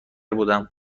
بودم